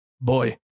boy